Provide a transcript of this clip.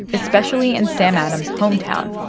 especially in sam adams' hometown,